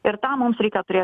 ir tą mums reikia turėt